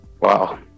Wow